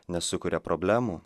nes sukuria problemų